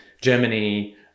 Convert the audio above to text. Germany